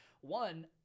one